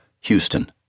Houston